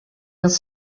els